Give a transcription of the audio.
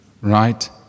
Right